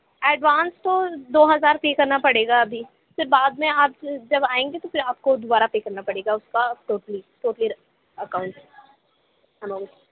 advance تو دو ہزار پے کرنا پڑے گا ابھی پھر بعد میں آپ جب آئیں گی تو پھر آپ کو دوبارہ پے کرنا پڑے گا اس کا ٹوٹلی ٹوٹلی اکاؤنٹ اماؤنٹ